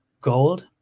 gold